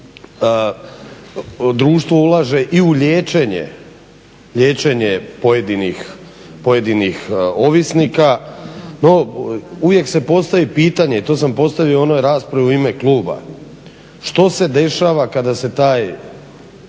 društvo ulaže i u liječenje pojedinih ovisnika no uvijek se postavi pitanje i to sam postavio u onoj raspravi u ime kluba što se dešava kada se taj